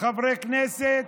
חברי כנסת,